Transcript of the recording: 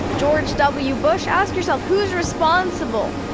george w. bush. ask yourself, who's responsible?